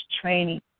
training